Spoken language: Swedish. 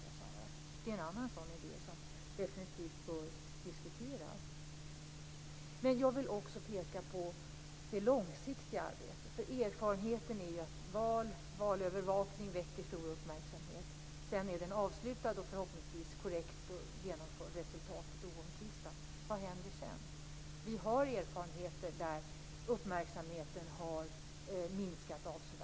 Det är en annan idé som definitivt bör diskuteras. Men jag vill också peka på det långsiktiga arbetet. Val och valövervakning väcker stor uppmärksamhet. Sedan är det avslutat, och förhoppningsvis är det korrekt genomfört och resultatet oomtvistat. Men vad händer sedan? Vi har erfarenheter som visar att uppmärksamheten har minskat avsevärt.